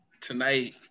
tonight